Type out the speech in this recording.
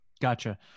Gotcha